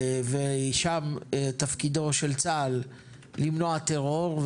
ושם תפקידו של צה"ל למנוע טרור,